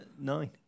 nine